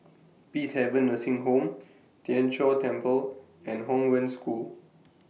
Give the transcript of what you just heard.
Peacehaven Nursing Home Tien Chor Temple and Hong Wen School